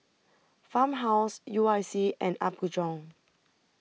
Farmhouse U I C and Apgujeong